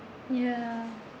ya